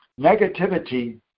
Negativity